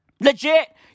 Legit